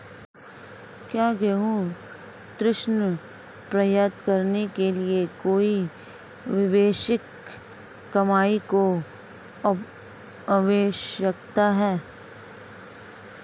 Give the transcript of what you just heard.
क्या गृह ऋण प्राप्त करने के लिए कोई वार्षिक कमाई की आवश्यकता है?